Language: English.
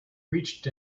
reached